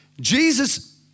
Jesus